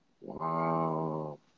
Wow